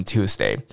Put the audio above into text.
Tuesday